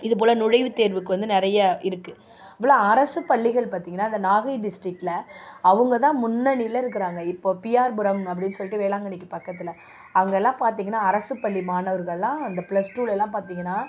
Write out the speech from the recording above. இது போல் நுழைவுத் தேர்வுக்கு வந்து நிறைய இருக்குது இப்போலாம் அரசுப் பள்ளிகள் பார்த்தீங்கன்னா இந்த நாகை டிஸ்ட்ரிக்டில் அவங்க தான் முன்னணியில் இருக்கிறாங்க இப்போ பிஆர்புரம் அப்படின்னு சொல்லிட்டு வேளாங்கண்ணிக்கு பக்கத்தில் அங்கேல்லாம் பார்த்தீங்கன்னா அரசுப் பள்ளி மாணவர்கள்லாம் அந்த ப்ளஸ்டூலலாம் பார்த்தீங்கன்னா